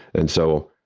and so,